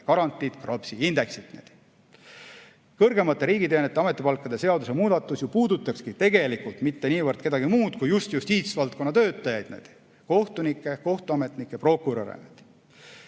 garantiid, KRAPS‑i indeksit. Kõrgemate riigiteenijate ametipalkade seaduse muudatus ju puudutakski tegelikult mitte niivõrd kedagi muud kui just justiitsvaldkonna töötajaid: kohtunikke, kohtuametnikke, prokuröre.